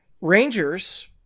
Rangers